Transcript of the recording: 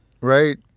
right